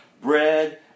bread